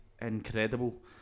incredible